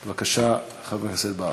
בבקשה, חבר הכנסת בר.